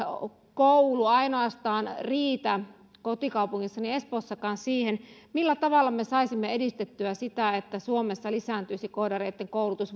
koulu riitä kotikaupungissani espoossakaan siihen millä tavalla me saisimme edistettyä sitä että suomessa lisääntyisi koodareitten koulutus